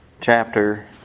chapter